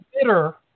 bitter